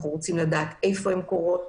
אנחנו רוצים לדעת איפה הן קורות,